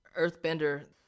earthbender